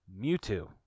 Mewtwo